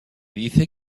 dice